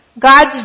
God's